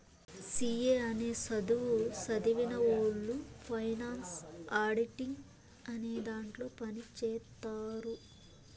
C A అనే సధువు సదివినవొళ్ళు ఫైనాన్స్ ఆడిటింగ్ అనే దాంట్లో పని చేత్తారు